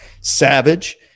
savage